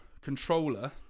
controller